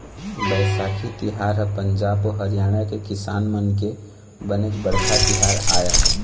बइसाखी तिहार ह पंजाब अउ हरियाणा के किसान मन के बनेच बड़का तिहार आय